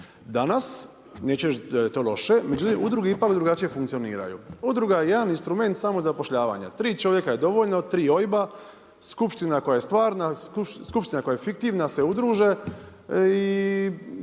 Danas neću reći da je to loše, međutim udruge ipak drugačije funkcioniraju. Udruga je jedan instrument samozapošljavanja. Tri čovjeka je dovoljno, tri OIB-a, skupština koja je stvarna, skupština koja je fiktivna se udruže i